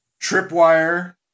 tripwire